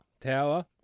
Tower